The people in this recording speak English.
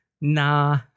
Nah